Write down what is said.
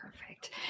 Perfect